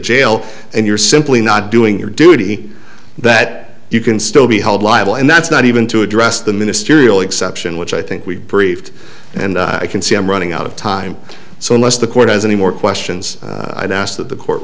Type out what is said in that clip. jail and you're simply not doing your duty that you can still be held liable and that's not even to address the ministerial exception which i think we've briefed and i can see i'm running out of time so unless the court has any more questions i'd ask that the court